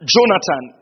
Jonathan